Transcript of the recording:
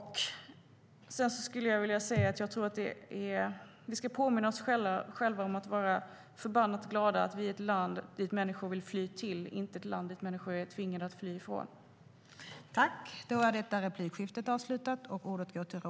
och inte ett land människor är tvingade att fly från.